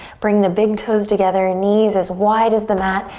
bring the big toes together, knees as wide as the mat.